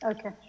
Okay